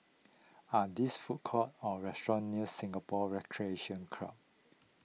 are these food courts or restaurants near Singapore Recreation Club